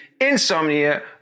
Insomnia